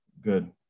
Good